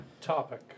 Topic